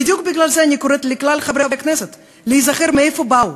בדיוק בגלל זה אני קוראת לכלל חברי הכנסת להיזכר מאיפה הם באו,